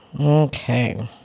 Okay